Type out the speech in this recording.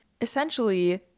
Essentially